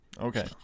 Okay